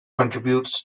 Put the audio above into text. contributes